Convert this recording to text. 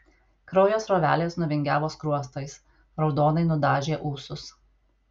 kraujo srovelės nuvingiavo skruostais raudonai nudažė ūsus